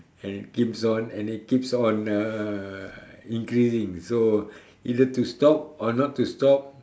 and it keeps on and it keeps on uh increasing so either to stop or not to stop